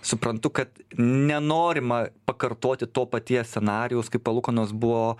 suprantu kad nenorima pakartoti to paties scenarijaus kai palūkanos buvo